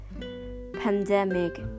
pandemic